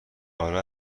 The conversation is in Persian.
آره